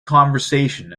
conversation